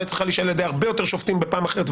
צריכה להישאל על ידי הרבה יותר שופטים בפעם אחרת,